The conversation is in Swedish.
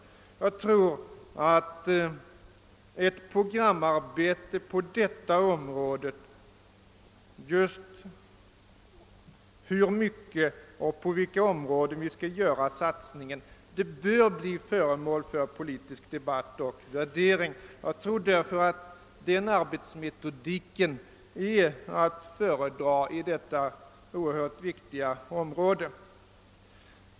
Jag tror att ett programarbete när det gäller frågan om hur mycket och på vilka områden vi skall satsa bör bli föremål för politisk debatt och värdering. Enligt min mening är en sådan arbetsmetodik att föredra på detta oerhört viktiga område.